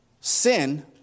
sin